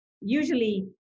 Usually